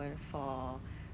hello